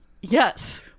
yes